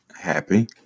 happy